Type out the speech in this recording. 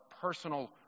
personal